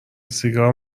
سیگار